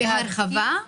בהרחבה?